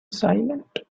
silent